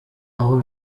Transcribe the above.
aho